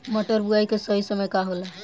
मटर बुआई के सही समय का होला?